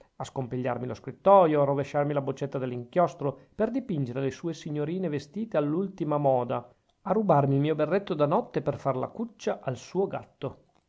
a scompigliarmi lo scrittoio a rovesciarmi la boccetta dell'inchiostro per dipingere le sue signorine vestite all'ultima moda a rubarmi il mio berretto da notte per far la cuccia al suo gatto